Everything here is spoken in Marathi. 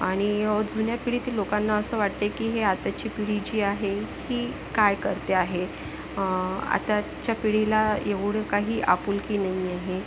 आणि जुन्या पिढीतील लोकांना असं वाटते की आताची पिढी जी आहे ही काय करते आहे आताच्या पिढीला एवढी काही आपुलकी नाही आहे